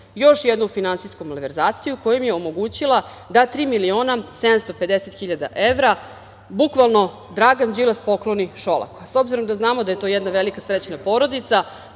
još jednu finansijsku malverzaciju kojom je omogućila da 3.750.000 evra bukvalno Dragan Đilas pokloni Šolaku. S obzirom da znamo je to jedna velika srećna porodica,